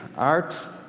art,